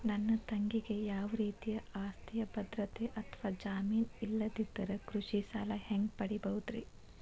ನನ್ನ ತಂಗಿಗೆ ಯಾವ ರೇತಿಯ ಆಸ್ತಿಯ ಭದ್ರತೆ ಅಥವಾ ಜಾಮೇನ್ ಇಲ್ಲದಿದ್ದರ ಕೃಷಿ ಸಾಲಾ ಹ್ಯಾಂಗ್ ಪಡಿಬಹುದ್ರಿ?